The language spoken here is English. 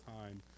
time